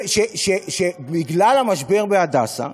בגלל המשבר בהדסה,